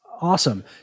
awesome